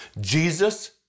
jesus